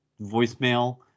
voicemail